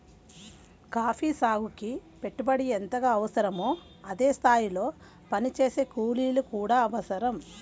coffee సాగుకి పెట్టుబడి ఎంతగా అవసరమో అదే స్థాయిలో పనిచేసే కూలీలు కూడా అవసరం